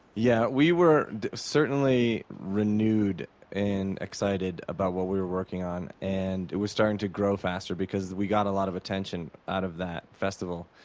yeah, we were certainly renewed and excited about what we were working on. and it was starting to grow faster, because we got a lot of attention out of that festival.